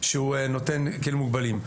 שנותן כלים מוגבלים.